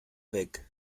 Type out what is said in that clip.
weg